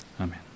Amen